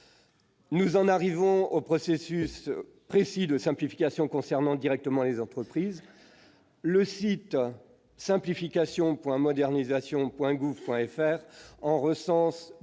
Pour ce qui est des processus de simplification concernant directement les entreprises, le site simplification. modernisation.gouv.fr en recense